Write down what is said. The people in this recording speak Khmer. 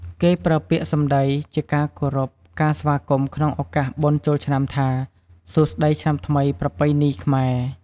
គេប្រើពាក្យដើម្បីជាការគោរពការស្វាគមន៏ក្នុងឱកាសបុណ្យចូលឆ្នាំថា សួស្ដីឆ្នាំថ្មីប្រពៃណីខ្មែរ